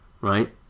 Right